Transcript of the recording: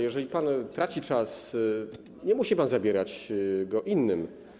Jeżeli pan traci czas, nie musi go pan zabierać innym.